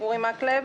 אורי מקלב